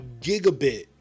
gigabit